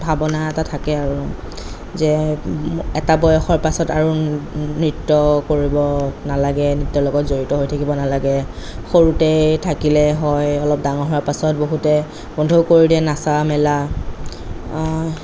ভাবনা এটা থাকে আৰু যে এটা বয়সৰ পাছত আৰু নৃত্য় কৰিব নালাগে নৃত্য়ৰ লগত জড়িত হৈ থাকিব নালাগে সৰুতে থাকিলে হয় অলপ ডাঙৰ হোৱাৰ পাছত বহুতে বন্ধও কৰি দিয়ে নচা মেলা